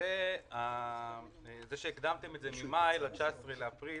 לגבי זה שהקדמתם את זה ממאי ל-19 באפריל,